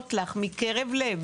להודות לך בקרב לב,